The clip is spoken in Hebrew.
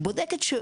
היא בודקת שהוא,